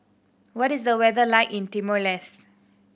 what is the weather like in Timor Leste